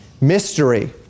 Mystery